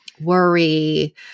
Worry